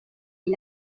est